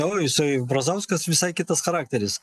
o jisai brazauskas visai kitas charakteris